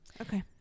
Okay